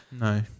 No